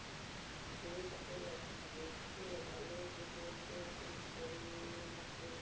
তাৰপিছত আমি জোৰ কাপোৰ লগাওঁ জোৰ কাপোৰ লগালেও সেইবোৰতো ফুল বাচোঁ